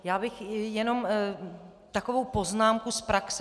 Já bych jenom takovou poznámku z praxe.